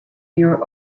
your